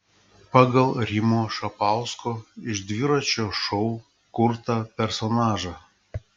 pagal rimo šapausko iš dviračio šou kurtą personažą